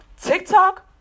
TikTok